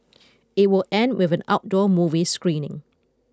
it will end with an outdoor movie screening